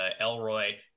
Elroy